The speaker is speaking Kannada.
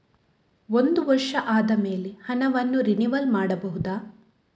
ಒಂದು ವರ್ಷ ಆದಮೇಲೆ ಹಣವನ್ನು ರಿನಿವಲ್ ಮಾಡಬಹುದ?